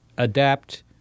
Adapt